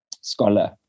scholar